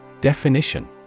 Definition